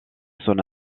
son